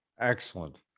Excellent